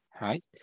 Right